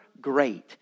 great